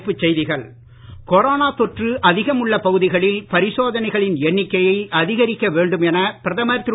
தலைப்புச்செய்திகள் corona தொற்று அதிகம் உள்ள பகுதிகளில் பரிசோதனைகளின் எண்ணிக்கையை அதிகரிக்க வேண்டும் என பிரதமர் திரு